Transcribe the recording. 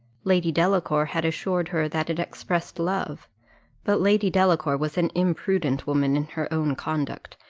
lady delacour had assured her that it expressed love but lady delacour was an imprudent woman in her own conduct,